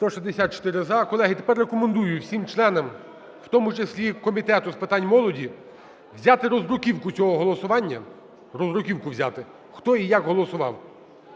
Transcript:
За-164 Колеги, тепер рекомендую всім членам, в тому числі Комітету з питань молоді, взяти роздруківку цього голосування, роздруківку взяти, хто і як голосував.